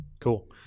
Cool